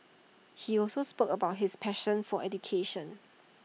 he also spoke about his passion for education